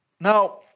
Now